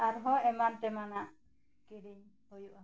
ᱟᱨ ᱦᱚᱸ ᱮᱢᱟᱱ ᱛᱮᱢᱟᱱᱟᱜ ᱠᱤᱨᱤᱧ ᱦᱳᱭᱳᱜᱼᱟ